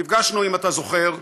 נפגשנו, אם אתה זוכר,